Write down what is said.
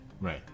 Right